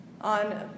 on